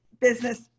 business